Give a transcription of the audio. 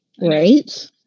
Right